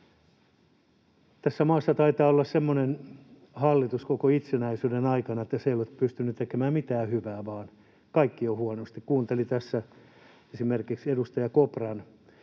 tässä maassa taitaa olla koko itsenäisyyden ajan ainoa hallitus, joka ei ole pystynyt tekemään mitään hyvää, vaan kaikki on huonosti. Kuuntelin tässä esimerkiksi edustaja Kopran